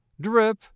drip